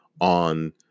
on